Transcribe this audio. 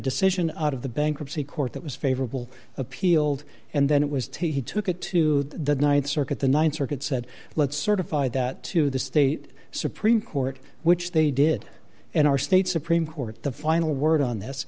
decision out of the bankruptcy court that was favorable appealed and then it was t he took it to the th circuit the th circuit said let's certify that to the state supreme court which they did in our state supreme court the final word on this